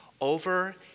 Over